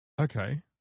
Okay